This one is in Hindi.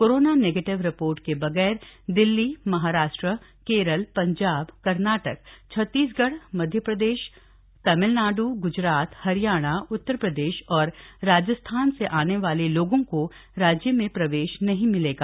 कोरोना नेगेटिव रिपोर्ट के बगैर दिल्ली महाराष्ट्र केरल पंजाब कर्नाटक छत्तीसगढ़ मध्य प्रदेश तमिलनाड़ गुजरात हरियाणा उत्तर प्रदेश और राजस्थान से आने वाले लोगों को राज्य में प्रवेश नहीं मिलेगा